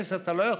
אפס אתה לא יכול.